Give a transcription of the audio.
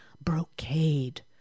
brocade